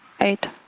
eight